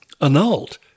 annulled